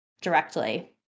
directly